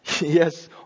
yes